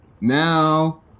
now